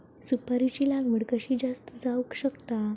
सुपारीची लागवड कशी जास्त जावक शकता?